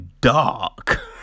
dark